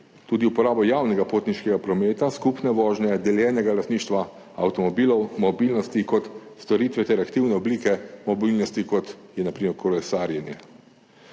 tudi uporabo javnega potniškega prometa, skupne vožnje, deljenega lastništva avtomobilov, mobilnosti kot storitve ter aktivne oblike mobilnosti, kot je na primer kolesarjenje.